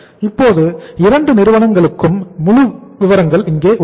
இப்போது 2 நிறுவனங்களுக்கும் முழு விவரங்கள் இங்கே இருக்கின்றன